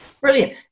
Brilliant